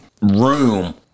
room